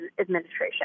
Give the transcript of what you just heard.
administration